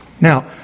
Now